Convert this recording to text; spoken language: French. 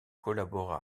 collabora